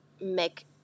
make